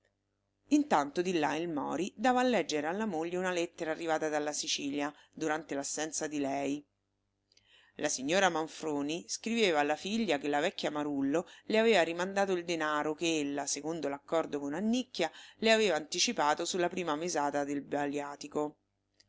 intanto di là il mori dava a leggere alla moglie una lettera arrivata dalla sicilia durante l'assenza di lei la signora manfroni scriveva alla figlia che la vecchia marullo le aveva rimandato il denaro che ella secondo l'accordo con annicchia le aveva anticipato sulla prima mesata del baliatico